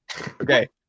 Okay